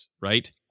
right